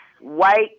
white